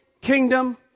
kingdom